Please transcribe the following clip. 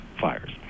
fires